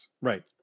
Right